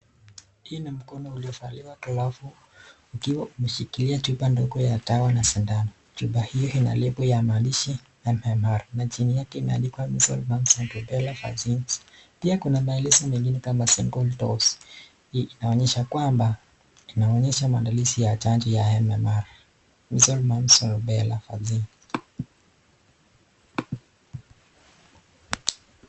Hii ni mkono iliyovaliwa glavu ikiwa umeshikilia chupa ndogoya dawa na sindano. Chupa hio ina nembo ya maandishi M-M-R na chini yake imeadikwa measles, mumps and rubella vaccines . Pia kuna maelezo mengine kama singles dose, hii inaonyesha kwamba inaonyesha maandalizi ya chanjo ya M-M-R, measle, mumps and rubella vaccine .